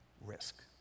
risk